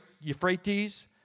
Euphrates